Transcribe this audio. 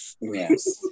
Yes